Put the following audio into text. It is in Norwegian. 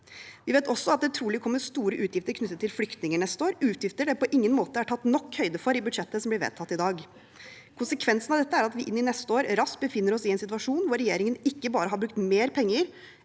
Vi vet også at det trolig kommer store utgifter knyttet til flyktninger neste år, utgifter det på ingen måte er tatt nok høyde for i budsjettet som blir vedtatt i dag. Konsekvensen av dette er at vi inn i neste år raskt befinner oss i en situasjon hvor regjeringen ikke bare har brukt mer penger